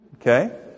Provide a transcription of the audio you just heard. Okay